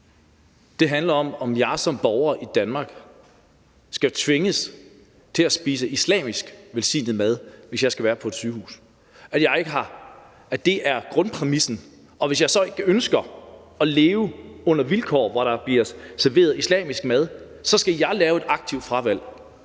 Det handler om, om jeg som borger i Danmark skal tvinges til at spise islamisk velsignet mad, hvis jeg skal være på et sygehus, altså at det er grundpræmissen. Og hvis jeg så ikke ønsker at leve under vilkår, hvor der bliver serveret islamisk mad, skal jeg lave et aktivt fravalg.